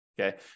okay